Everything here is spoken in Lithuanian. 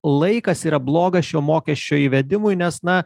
laikas yra blogas šio mokesčio įvedimui nes na